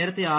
നേരത്തെ ആർ